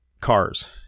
cars